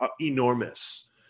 enormous